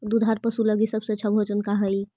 दुधार पशु लगीं सबसे अच्छा भोजन का हई?